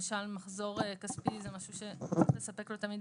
למשל מחזור כספי, זה משהו שצריך לספק לו את המידע.